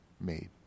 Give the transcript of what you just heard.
made